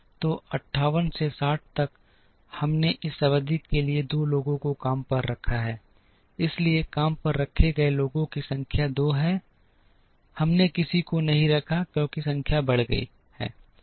तो 58 से 60 तक हमने इस अवधि के लिए 2 लोगों को काम पर रखा है इसलिए काम पर रखे गए लोगों की संख्या 2 है हमने किसी को नहीं रखा है क्योंकि संख्या बढ़ गई है